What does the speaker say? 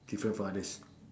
different from others